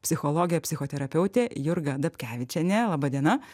psichologę psichoterapeutę jurgą dapkevičienę laba diena